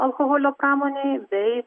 alkoholio pramonei bei